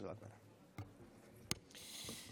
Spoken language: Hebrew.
בוקר טוב, אני חושב